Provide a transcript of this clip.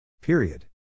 Period